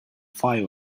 five